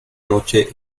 noche